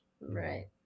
Right